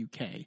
UK